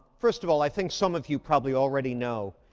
first of all, i think some of you probably already know,